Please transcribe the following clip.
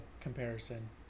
comparison